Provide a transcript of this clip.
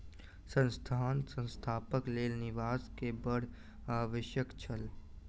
संस्थान स्थापनाक लेल निवेश के बड़ आवश्यक छल